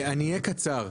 אני אהיה קצר.